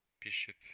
Bishop